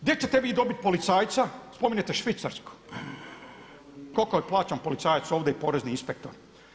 Gdje ćete vi dobiti policajca, spominjete Švicarsku, koliko je plaćen policajac ovdje i porezni inspektor?